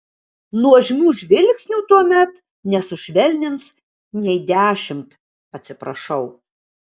nuožmių žvilgsnių tuomet nesušvelnins nei dešimt atsiprašau